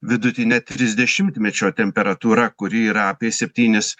vidutine trisdešimtmečio temperatūra kuri yra apie septynis